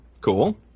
Cool